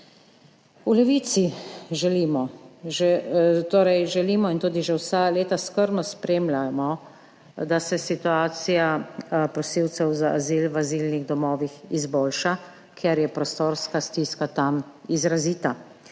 V Levici si želimo in tudi že vsa leta skrbno spremljamo, da se situacija prosilcev za azil v azilnih domovih izboljša, ker je prostorska stiska tam izrazita.